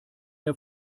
der